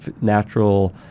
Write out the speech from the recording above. natural